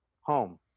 Home